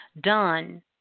done